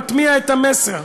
מטמיע את המסר.